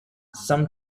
some